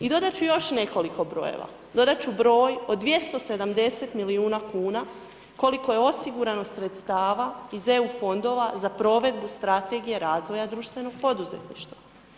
I dodat ću još nekoliko brojeva, dodat ću broj od 270 milijuna kuna koliko je osigurano sredstava iz EU fondova za provedbu strategije razvoja društvenog poduzetništva.